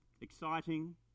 exciting